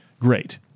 great